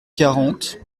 quarante